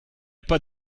pas